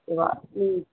ஓகேவா ம்